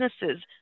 businesses